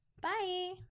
Bye